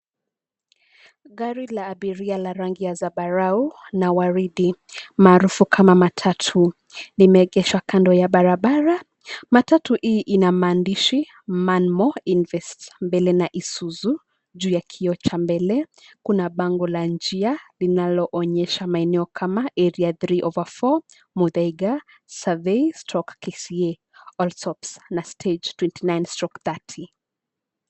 Gari la abiria la rangi ya zambarau na waridi maarufu kama matatu limeegeshwa kando ya barabara. Matatu hii ina maandishi Manmo Invest mbele na Isuzu juu ya kioo cha mbele. Kuna bango la njia linaloonyesha maeneo kama Area Three over Four, Muthaiga, Survey stroke , KCA, Allsoaps na Stage Twenty Nine stroke Thirty.